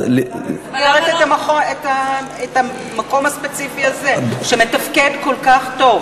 אז למה את המקום הספציפי הזה, שמתפקד כל כך טוב.